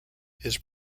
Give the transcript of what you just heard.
his